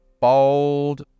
bold